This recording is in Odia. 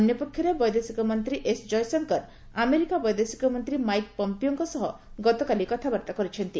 ଅନ୍ୟପକ୍ଷରେ ବୈଦେଶିକ ମନ୍ତ୍ରୀ ଏସ୍ ଜୟଶଙ୍କର ଆମେରିକା ବୈଦେଶିକ ମନ୍ତ୍ରୀ ମାଇକ୍ ପମ୍ପିଓଙ୍କ ସହ ଗତକାଲି କଥାବାର୍ତ୍ତା କରିଛନ୍ତି